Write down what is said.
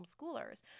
homeschoolers